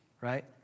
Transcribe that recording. right